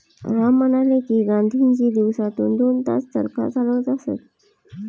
राम म्हणाले की, गांधीजी दिवसातून दोन तास चरखा चालवत असत